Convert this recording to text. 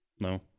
No